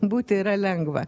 būti yra lengva